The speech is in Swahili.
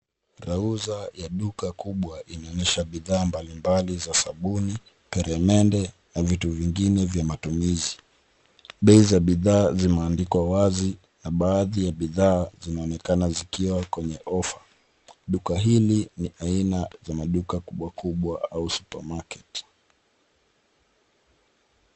Rauza ya duka kubwa inaonyesha bidhaa mbalimbali za sabuni, peremende na vitu vyengine vya matumizi. Bei za bidhaa zimeandikwa wazi na baadhi ya bidhaa zinaonekana zikiwa kwenye ofa. Duka hili ni aina za maduka kubwa kubwa au supermarket .